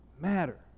matter